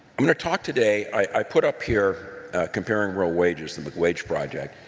i'm going to talk today i put up here comparing real wages, the mcwage project.